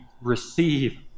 receive